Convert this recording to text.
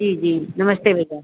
जी जी नमस्ते भैया